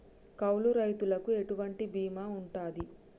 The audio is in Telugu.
కౌలు రైతులకు ఎటువంటి బీమా ఉంటది?